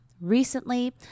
recently